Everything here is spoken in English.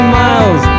miles